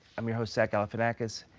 i'm your host, zach galifianakis,